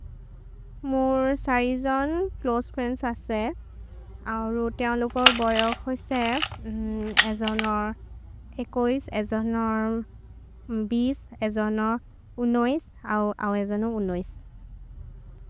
म्ôर् सरि जन् च्लोसे फ्रिएन्द्स् अस्ते, औ रोतेअन् लुकर् बोय होइ से, एजोन एकोइस्, एजोन बिस्, एजोन उनोइस्, औ औ एजोन उनोइस्।